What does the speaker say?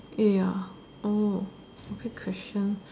eh ya oh great question